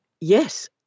yes